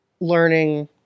learning